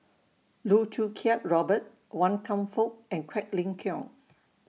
Loh Choo Kiat Robert Wan Kam Fook and Quek Ling Kiong